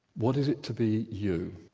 what is it to be you?